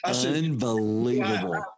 Unbelievable